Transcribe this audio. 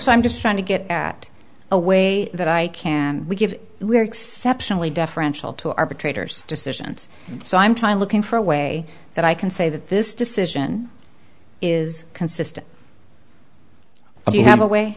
so i'm just trying to get at a way that i can give we are exceptionally deferential to arbitrator's decision so i'm trying looking for a way that i can say that this decision is consistent do you have a way